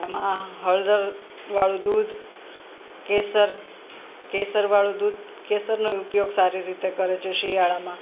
એમાં હળદર વાળું દૂધ કેસર કેસર વાળું દૂધ કેસરનો ય ઉપયોગ સારી રીતે કરે છે શિયાળામાં